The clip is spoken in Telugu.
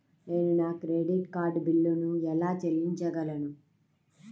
నేను నా క్రెడిట్ కార్డ్ బిల్లును ఎలా చెల్లించగలను?